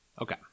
okay